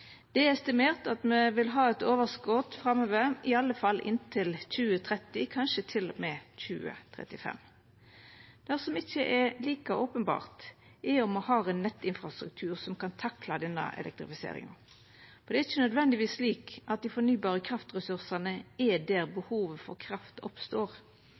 Det er estimert at me vil ha eit overskot framover, i alle fall inntil 2030, kanskje til og med 2035. Det som ikkje er like openbert, er om me har ein nettinfrastruktur som kan takla denne elektrifiseringa. For det er ikkje nødvendigvis slik at dei fornybare kraftressursane er der behovet for kraft oppstår.